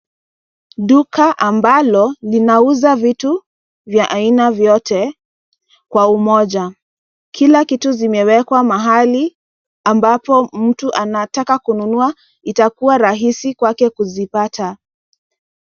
Duka ambalo linauza vitu vya aina vyote kwa umoja. Kila kitu zimewekwa mahali ambapo mtu anataka kununua itakuwa rahisi kwake kuzipata.